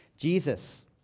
Jesus